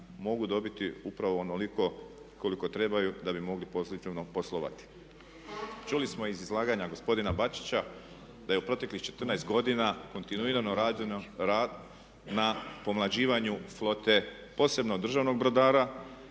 mogu dobiti upravo onoliko koliko trebaju da bi mogli pozitivno poslovati. Čuli smo iz izlaganja gospodina Bačića da je u proteklih 14 godina kontinuirano rađeno na pomlađivanju flote posebno državnog brodara